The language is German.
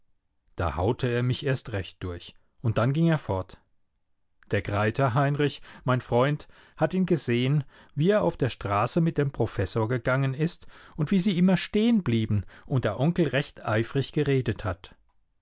da haute er mich erst recht durch und dann ging er fort der greither heinrich mein freund hat ihn gesehen wie er auf der straße mit dem professor gegangen ist und wie sie immer stehenblieben und der onkel recht eifrig geredet hat